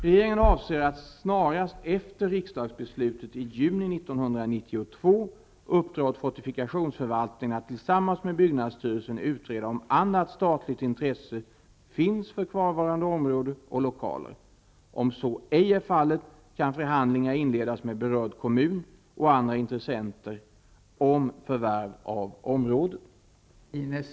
Regeringen avser att snarast efter riksdagsbeslutet i juni 1992 uppdra åt fortifikationsförvaltningen att tillsammans med byggnadsstyrelsen utreda om annat statligt intresse finns för kvarvarande område och lokaler. Om så ej är fallet kan förhandlingar inledas med berörd kommun och andra intressenter om förvärv av området.